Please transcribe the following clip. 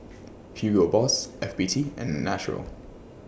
Hugo Boss F B T and Naturel